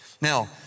Now